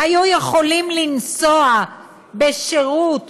היו יכולים לנסוע בשירות